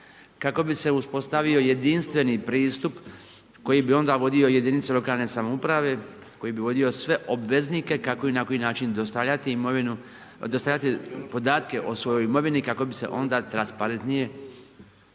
kako bi se uspostavi jedinstveni pristup koji bi onda vodio jedinice lokalne samouprave, koji bi vodio sve obveznike kako i na koji način dostavljati podatke o svojoj imovini kako bi se onda transparentnije,